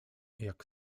jak